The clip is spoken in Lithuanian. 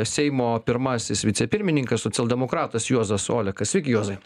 seimo pirmasis vicepirmininkas socialdemokratas juozas olekas sveiki juozai